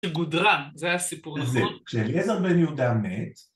גודרה, זה היה סיפור נכון. זה, שאליעזר בן יהודה.